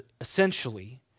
essentially